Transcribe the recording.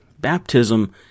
baptism